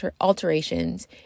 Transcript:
alterations